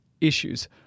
issues